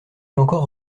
encore